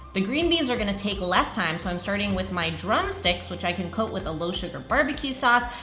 the green beans are gonna take less time, so i'm starting with my drumsticks, which i can coat with a low-sugar barbecue sauce,